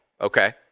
Okay